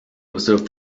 observe